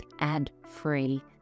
ad-free